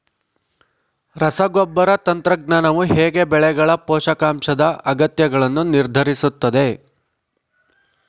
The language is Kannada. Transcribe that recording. ರಸಗೊಬ್ಬರ ತಂತ್ರಜ್ಞಾನವು ಹೇಗೆ ಬೆಳೆಗಳ ಪೋಷಕಾಂಶದ ಅಗತ್ಯಗಳನ್ನು ನಿರ್ಧರಿಸುತ್ತದೆ?